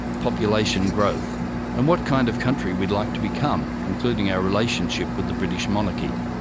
population growth and what kind of country we'd like to become, including our relationship with the british monarchy.